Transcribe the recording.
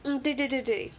mm 对对对对